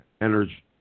energy